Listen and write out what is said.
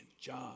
John